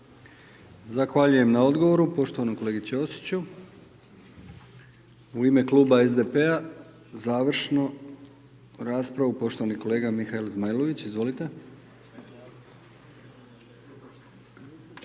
Zahvaljujem na odgovoru poštovanom kolegi Ćosiću. U ime Kluba SDP-a završnu raspravu poštovani kolega Mihael Zmajlović. Izvolite.